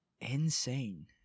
Insane